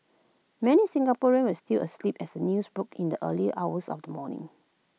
many Singaporeans were still asleep as the news broke in the early hours of the morning